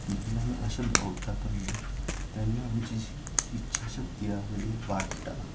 जेन्ना आमी अशे भोंवता पळय तेन्ना आमची जी इच्छाशक्ती आसा पळय ती वाडटा